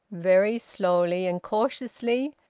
very slowly and cautiously,